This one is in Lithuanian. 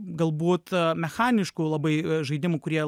gal būta mechaniškų labai žaidimų kurie